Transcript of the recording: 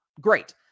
great